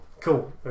Cool